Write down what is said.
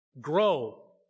grow